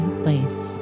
place